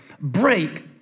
break